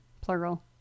plural